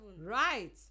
Right